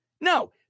No